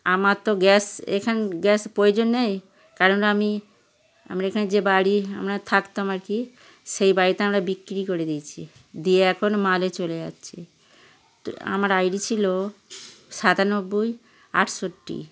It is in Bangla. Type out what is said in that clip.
আমার তো গ্যাস এখান গ্যাস প্রয়োজন নেই কারণ আমি আমরা এখানে যে বাড়ি আমরা থাকতাম আর কি সেই বাড়িটা আমরা বিক্রি করে দিয়েছি দিয়ে এখন ম্যালে চলে যাচ্ছি তো আমার আই ডি ছিল সাতানব্বই আটষট্টি